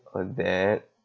oh that